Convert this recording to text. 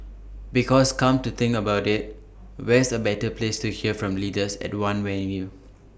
because come to think about IT where's A better place to hear from leaders at one venue